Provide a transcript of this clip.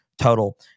total